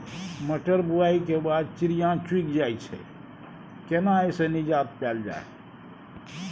मटर बुआई के बाद चिड़िया चुइग जाय छियै केना ऐसे निजात पायल जाय?